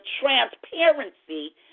transparency